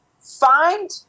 find